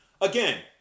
Again